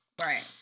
Right